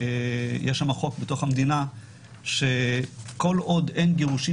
שיש חוק במדינה שכל עוד אין גירושין